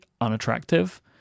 unattractive